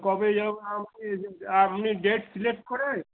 কবে যাব আপনি আপনি ডেট সিলেক্ট করেন